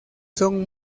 son